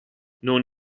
non